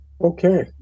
Okay